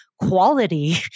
quality